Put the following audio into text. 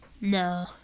no